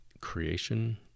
creation